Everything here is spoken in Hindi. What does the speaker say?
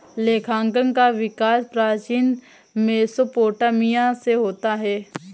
लेखांकन का विकास प्राचीन मेसोपोटामिया से होता है